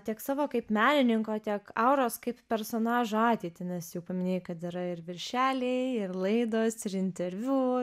tiek savo kaip menininko tiek auros kaip personažo ateitį nes jau paminėjai kad yra ir viršeliai ir laidos ir interviu